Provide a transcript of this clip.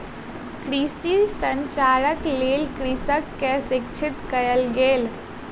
कृषि संचारक लेल कृषक के शिक्षित कयल गेल